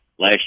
Last